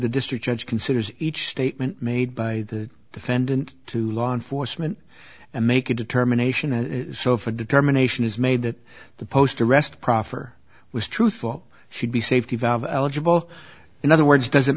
the district judge considers each statement made by the defendant to law enforcement and make a determination and so if a determination is made that the post arrest proffer was truthful she'd be safety valve eligible in other words does